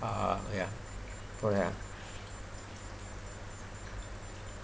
uh ya oh ya